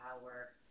power